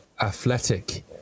athletic